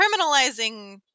criminalizing